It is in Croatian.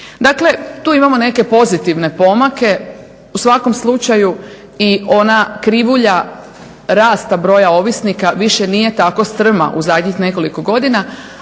Dakle, tu imamo neke pozitivne pomake, u svakom slučaju i ona krivulja rasta broja ovisnika više nije tako strma u zadnjih nekoliko godina,